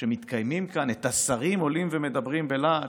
שמתקיימים כאן, את השרים עולים ומדברים בלהט.